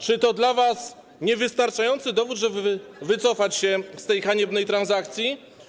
Czy to dla was niewystarczający dowód, żeby wycofać się z tej haniebnej transakcji?